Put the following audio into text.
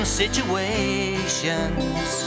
situations